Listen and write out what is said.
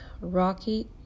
Rocky